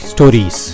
Stories